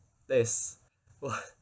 that is o~